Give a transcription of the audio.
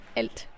alt